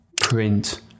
print